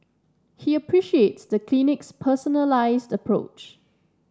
he appreciates the clinic's personalised approach